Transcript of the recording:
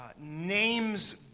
names